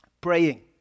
Praying